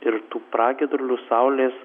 ir tų pragiedrulių saulės